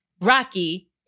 Rocky